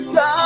God